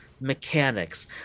mechanics